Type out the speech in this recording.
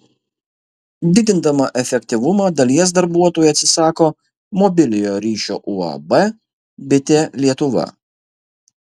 didindama efektyvumą dalies darbuotojų atsisako mobiliojo ryšio uab bitė lietuva